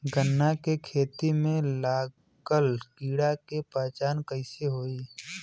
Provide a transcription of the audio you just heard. गन्ना के खेती में लागल कीड़ा के पहचान कैसे होयी?